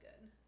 good